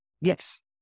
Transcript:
Yes